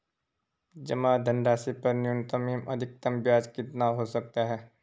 जमा धनराशि पर न्यूनतम एवं अधिकतम ब्याज कितना हो सकता है?